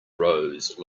rose